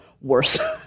worse